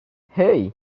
hey